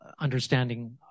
understanding